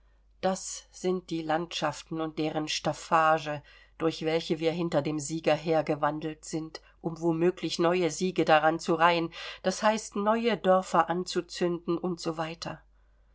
das sind die landschaften und deren staffage durch welche wir hinter dem sieger hergewandelt sind um womöglich neue siege daran zu reihen das heißt neue dörfer anzuzünden und so weiter